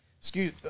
excuse